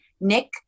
Nick